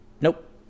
Nope